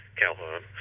Calhoun